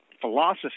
philosophy